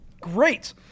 Great